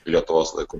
lietuvos laiku